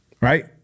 right